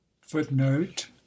Footnote